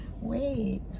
Wait